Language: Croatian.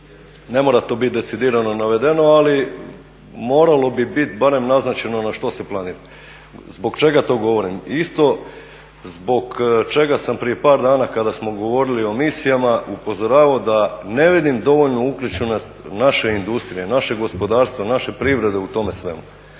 Ne mora to biti decidirano navedeno ali moralo bi biti barem naznačeno na što se planira. Zbog čega to govorim? Isto zbog čega sam prije par dana kada smo govorili o misijama upozoravao da ne vidim dovoljno uključenost naše industrije, našeg gospodarstva, naše privrede u tome svemu.